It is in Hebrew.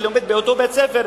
שלומד באותו בית-ספר,